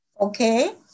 Okay